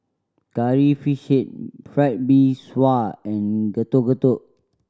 Curry Fish Head Fried Mee Sua and Getuk Getuk